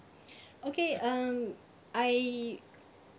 okay um I